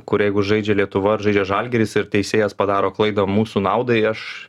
kur jeigu žaidžia lietuva ar žaidžia žalgiris ir teisėjas padaro klaidą mūsų naudai aš